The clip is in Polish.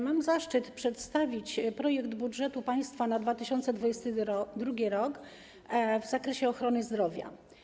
Mam zaszczyt przedstawić projekt budżetu państwa na 2022 r. w zakresie ochrony zdrowia.